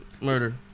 murder